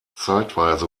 zeitweise